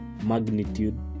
magnitude